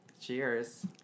Cheers